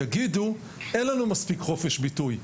ויגידו: אין לנו מספיק חופש ביטוי,